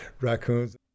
raccoons